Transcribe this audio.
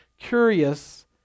curious